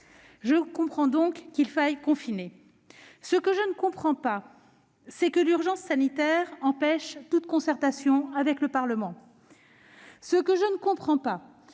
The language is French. Je comprends donc qu'il faille confiner. Ce que je ne comprends pas, c'est que l'urgence sanitaire empêche toute concertation avec le Parlement. Ce que je ne comprends pas,